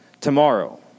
tomorrow